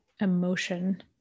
emotion